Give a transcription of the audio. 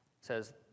says